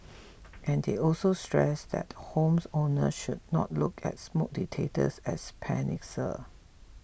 and they also stressed that homes owners should not look at smoke detectors as panacea